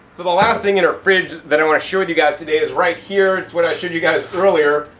so the last thing in her fridge that i want to share with you guys today is right here. it's what i showed you guys earlier.